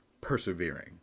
persevering